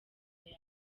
yawe